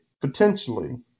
potentially